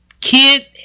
kid